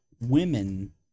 women